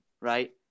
right